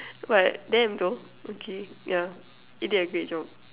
but damn though okay yeah you did a great job